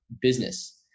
business